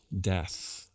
death